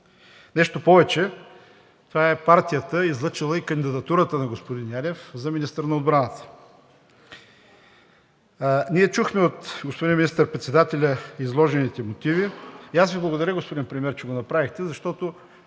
Нещо повече, това е партията, излъчила и кандидатурата на господин Янев за министър на отбраната. Ние чухме от господин министър-председателя изложените мотиви и аз Ви благодаря господин Премиер, че го направихте, защото